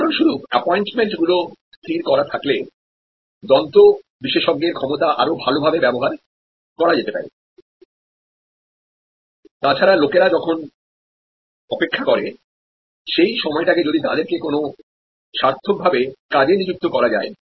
উদাহরণস্বরূপ অ্যাপয়েন্টমেন্টগুলি স্থির করা থাকলে দন্ত বিশেষজ্ঞের ক্ষমতা আরও ভালভাবে ব্যবহার করা যেতে পারে তাছাড়া লোকেরা যখন অপেক্ষা করে সেই সময়টাকে যদি তাদেরকে কোন সার্থকভাবে কাজে নিযুক্ত করা যায়